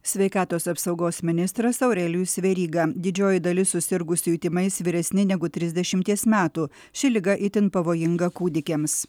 sveikatos apsaugos ministras aurelijus veryga didžioji dalis susirgusiųjų tymais vyresni negu trisdešimties metų ši liga itin pavojinga kūdikiams